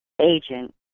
agent